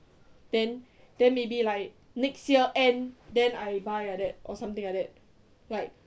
then then maybe like next year end then I buy like that or something like that like